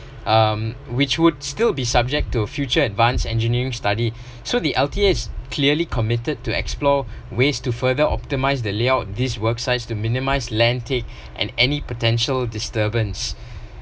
um which would still be subject to future advanced engineering study so the L_T_A is clearly committed to explore ways to further optimise the layout this worksites to minimise landings and any potential disturbance